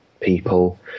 people